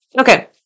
Okay